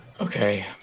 Okay